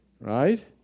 Right